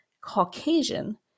Caucasian